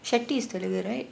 shetty is telugu right